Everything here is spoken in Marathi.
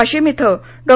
वाशिम इथं डॉ